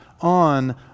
on